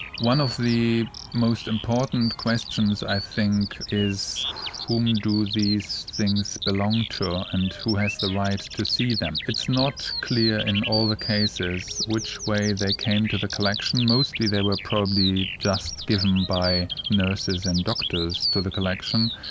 one of the most important questions i think is whom do these things belong to and who has the right to see them? it's not clear in all the cases which way they came to the collection. mostly they were probably just given by nurses and doctors to the collection,